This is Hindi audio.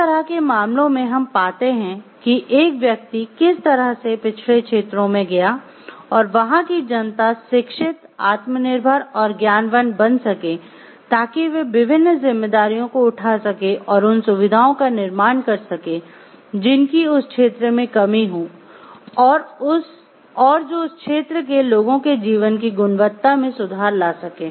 इस तरह के मामलों से हम पाते है कि एक व्यक्ति किस तरह से पिछड़े क्षेत्रों में गया और वहाँ की जनता शिक्षित आत्मनिर्भर और ज्ञानवान बन सकें ताकि वे विभिन्न जिम्मेदारियों को उठा सकें और उन सुविधाओं का निर्माण कर सकें जिनकी उस क्षेत्र में कमी हो और जो उस क्षेत्र के लोगों के जीवन की गुणवत्ता में सुधार ला सके